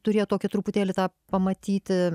turėjo tokią truputėlį tą pamatyti